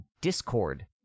Discord